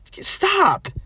Stop